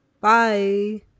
bye